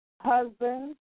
husband